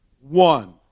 one